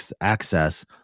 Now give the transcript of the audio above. access